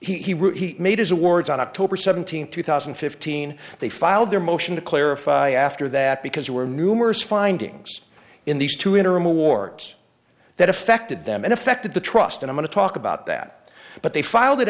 in he made his awards on october seventeenth two thousand and fifteen they filed their motion to clarify after that because there were numerous findings in these two interim awards that affected them and effected the trust and i want to talk about that but they filed it